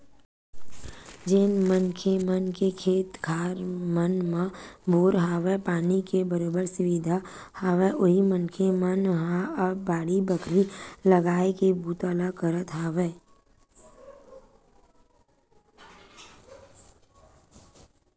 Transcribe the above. जेन मनखे मन के खेत खार मन म बोर हवय, पानी के बरोबर सुबिधा हवय उही मनखे मन ह अब बाड़ी बखरी लगाए के बूता ल करत हवय